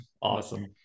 Awesome